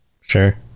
sure